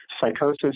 Psychosis